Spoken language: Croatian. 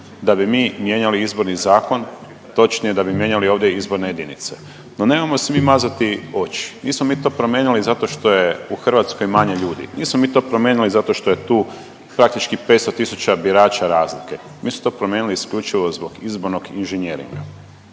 da bi mi mijenjali Izborni zakon, točnije da bi mijenjali ovdje izborne jedinice. No nemojmo svi mazati oči, nismo mi to primijenili zato što je u Hrvatskoj manje ljudi, nismo mi to promijenili zato što je tu praktički 500 tisuća birača razlike, mi smo to promijenili isključivo zbog izbornog inženjeringa,